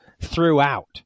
throughout